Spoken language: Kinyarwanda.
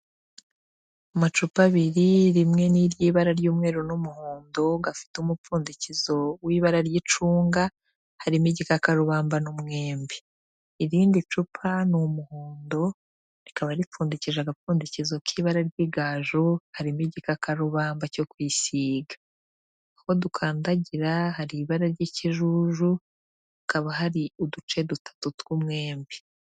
Amacupa abiri rimwe n'iry'ibara ry'umweru n'umuhondo gafite umupfundikizo w'ibara ry'icunga harimo Igikakarubamba n'Umwembe. Irindi cupa ni umuhondo rikaba ripfundikije agapfundikizo k'ibara ry'igaju harimo Igikakarubamba cyo kwisiga, aho dukandagira hari ibara ry'ikijuju hakaba hari uduce dutatu tw'umwembe.